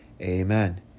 Amen